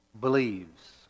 Believes